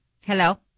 Hello